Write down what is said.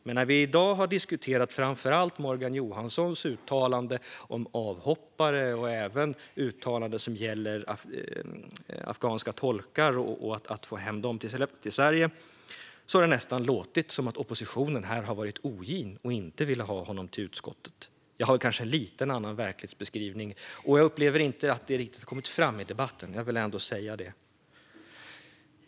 Men när vi i dag har diskuterat framför allt Morgan Johanssons uttalande om avhoppare och även uttalanden som gäller afghanska tolkar och att få hem dessa till Sverige har det nästan låtit som att oppositionen har varit ogin och inte velat att han skulle komma till utskottet. Jag har kanske en lite annan verklighetsbeskrivning, och jag upplever inte att det har kommit fram i debatten riktigt. Jag vill ändå säga det.